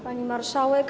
Pani Marszałek!